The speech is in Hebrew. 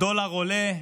הדולר עולה,